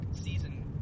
season